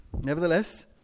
Nevertheless